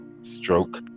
Stroke